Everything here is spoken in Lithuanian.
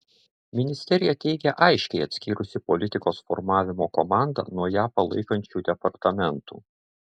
ministerija teigia aiškiai atskyrusi politikos formavimo komandą nuo ją palaikančių departamentų